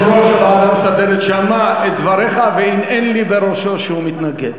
יושב-ראש הוועדה המסדרת שמע את דבריך וסימן לי בראשו שהוא מתנגד.